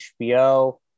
HBO